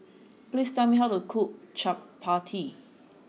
please tell me how to cook Chapati